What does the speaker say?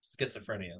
schizophrenia